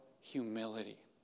humility